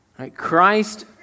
Christ